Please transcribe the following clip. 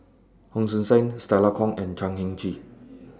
Hon Sui Sen Stella Kon and Chan Heng Chee